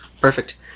Perfect